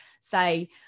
say